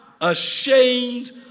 ashamed